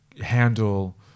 handle